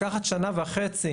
לקחת שנה וחצי,